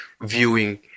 viewing